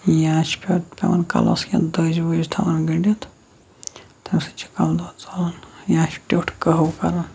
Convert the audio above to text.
یا چھِ پَتہٕ پٮ۪وان کَلَس کینٛہہ دٔجۍ ؤجۍ تھاوان گٔنٛڈِتھ تَمہِ سۭتۍ چھِ کَلہٕ دود ژَلان یا چھِ ٹیوٚٹھ کَہوٕ کَران